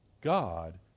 God